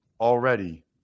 already